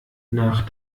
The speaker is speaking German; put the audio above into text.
nach